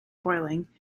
boiling